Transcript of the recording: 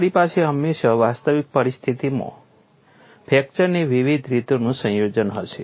તમારી પાસે હંમેશાં વાસ્તવિક પરિસ્થિતિમાં ફ્રેક્ચરની વિવિધ રીતોનું સંયોજન હશે